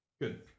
Good